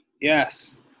Yes